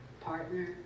Partner